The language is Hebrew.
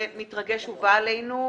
שמתרגש ובא עלינו,